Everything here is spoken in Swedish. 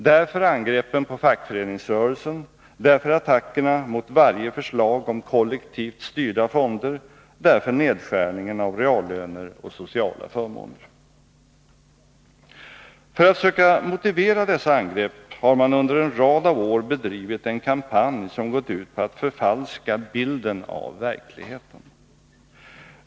Därför angreppen på fackföringsrörelsen, därför attackerna mot varje förslag om kollektivt styrda fonder, därför nedskärningen av reallöner och sociala förmåner. För att söka motivera dessa angrepp har man under en rad av år bedrivit en kampanj som gått ut på att förfalska bilden av verkligheten.